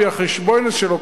מה"חשבוינס" שלו,